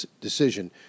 decision